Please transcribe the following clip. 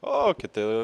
o kiti